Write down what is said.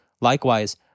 Likewise